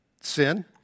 sin